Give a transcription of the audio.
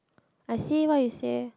I see what you say